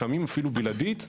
לפעמים אפילו בלעדית,